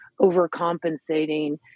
overcompensating